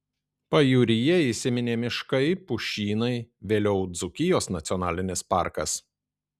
pajūryje įsiminė miškai pušynai vėliau dzūkijos nacionalinis parkas